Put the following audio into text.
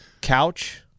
Couch